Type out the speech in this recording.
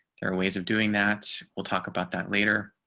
there are ways of doing that. we'll talk about that later.